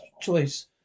choice